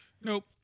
Nope